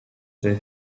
three